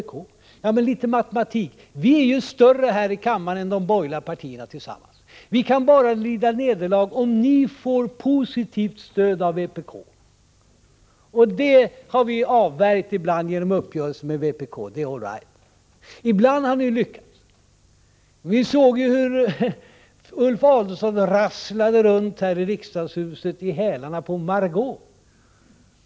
Men låt mig använda litet matematik: Vi är större här i kammaren än de borgerliga partierna tillsammans. Vi kan bara lida nederlag, om ni får positivt stöd från vpk — och det har vi ibland avvärjt genom uppgörelse med vpk. Det är riktigt. Men ibland har ni lyckats. Vi såg ju hur Ulf Adelsohn rasslade runt här i huset i hälarna på Margö Ingvardsson.